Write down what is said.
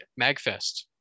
magfest